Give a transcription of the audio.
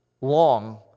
long